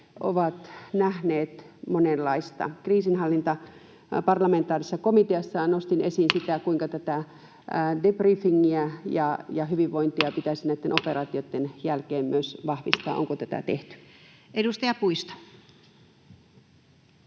ovat nähneet monenlaista. Kriisinhallinnan parlamentaarisessa komiteassa nostin esiin, kuinka tätä debriefingiä ja hyvinvointia pitäisi myös näitten operaatioitten jälkeen vahvistaa. Onko tätä tehty? [Speech 91]